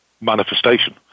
manifestation